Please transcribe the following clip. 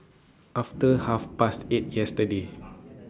after Half Past eight yesterday